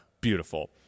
beautiful